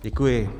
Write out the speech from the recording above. Děkuji.